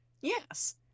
Yes